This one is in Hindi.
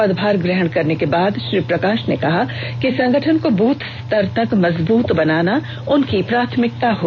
पदभार ग्रहण करने के बाद श्री प्रकाश ने कहा कि संगठन को बूथ स्तर तक मजबूत बनाना उनकी प्राथमिकता है